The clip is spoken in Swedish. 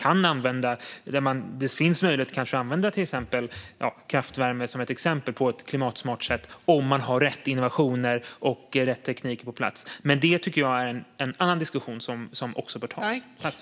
Det finns kanske möjlighet att använda exempelvis kraftvärme på ett klimatsmart sätt om man har rätt innovationer och rätt teknik på plats. Men detta är en annan diskussion som också bör tas.